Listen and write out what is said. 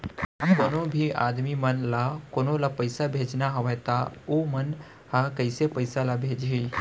कोन्हों भी आदमी मन ला कोनो ला पइसा भेजना हवय त उ मन ह कइसे पइसा ला भेजही?